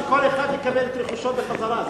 הכוונה שכל אחד יקבל את רכושו חזרה.